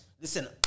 listen